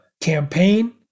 campaign